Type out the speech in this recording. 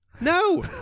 No